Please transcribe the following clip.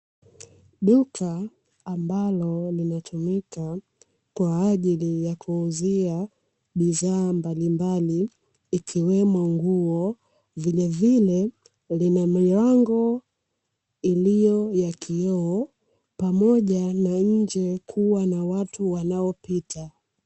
Duka ambalo linatumika kwaajili ya kuuzia bidhaa mbalimbali ikiwemo nguo, vilevile lina milango iliyo ya kioo pamoja na nje kuwa na watu wanaopita.